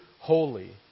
holy